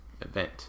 event